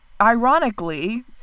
ironically